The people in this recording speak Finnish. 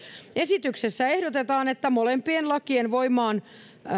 esityksessä ehdotetaan että molempien lakien